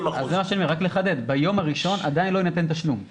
אתה רוצה להגיד שהוא לא יוכל לעשות שימוש בזכות שלו לדמי חופשה שנתית.